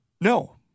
No